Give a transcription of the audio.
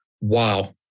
wow